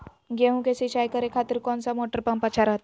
गेहूं के सिंचाई करे खातिर कौन सा मोटर पंप अच्छा रहतय?